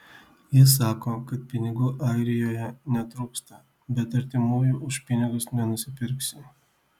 ji sako kad pinigų airijoje netrūksta bet artimųjų už pinigus nenusipirksi